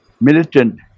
militant